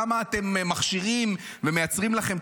למה אתם מכשירים ומייצרים לכם,